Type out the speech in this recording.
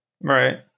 Right